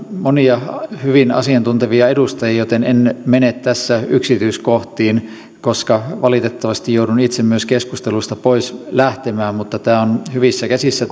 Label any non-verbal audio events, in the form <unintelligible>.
monia hyvin asiantuntevia edustajia joten en mene tässä yksityiskohtiin koska valitettavasti joudun itse myös keskustelusta pois lähtemään mutta tämä keskustelu on hyvissä käsissä <unintelligible>